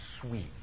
sweet